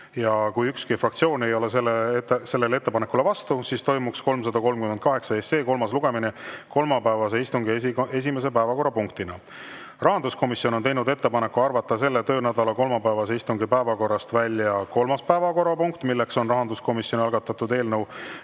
Ja kui ükski fraktsioon ei ole sellele ettepanekule vastu, siis toimuks 338 SE kolmas lugemine kolmapäevase istungi esimese päevakorrapunktina. Rahanduskomisjon on teinud ettepaneku arvata selle töönädala kolmapäevase istungi päevakorrast välja kolmas päevakorrapunkt, milleks on rahanduskomisjoni algatatud eelnõu